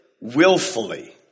willfully